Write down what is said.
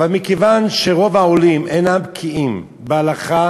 מכיוון שרוב העולים אינם בקיאים בהלכה